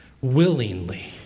willingly